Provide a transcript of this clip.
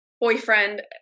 boyfriend